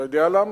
אתה יודע למה?